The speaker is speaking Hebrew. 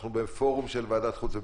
אנחנו בפורום של ועדת חוץ וביטחון.